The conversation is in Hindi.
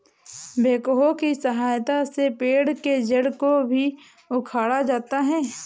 बेक्हो की सहायता से पेड़ के जड़ को भी उखाड़ा जाता है